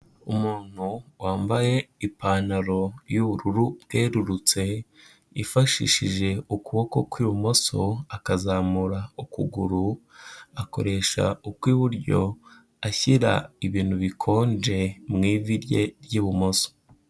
Umuntu wambaye ipantaro y'ubururu bwerurutse yifashishije ukuboko kw'ibumoso, akazamura ukuguru akoresha ukw'iburyo ashyira ibintu bikonje mu ivi rye ry'ibumoso.